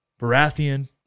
Baratheon